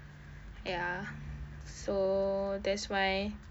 ya so that's why